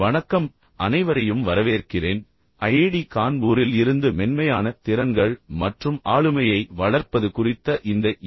வணக்கம் அனைவரையும் வரவேற்கிறேன் ஐஐடி கான்பூரில் இருந்து மென்மையான திறன்கள் மற்றும் ஆளுமையை வளர்ப்பது குறித்த இந்த என்